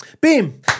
Beam